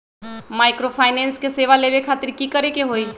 Microfinance के सेवा लेबे खातीर की करे के होई?